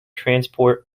transport